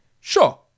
sure